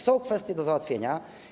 Są kwestie do załatwienia.